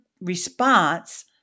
response